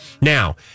Now